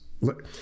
Look